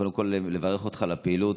קודם כול אברך אותך על הפעילות,